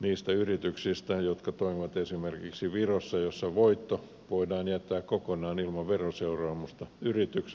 niistä yrityksistä jotka toimivat esimerkiksi virossa jossa voitto voidaan jättää kokonaan ilman veroseuraamusta yritykseen